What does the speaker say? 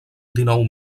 dinou